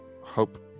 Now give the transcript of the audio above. Hope